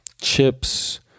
chips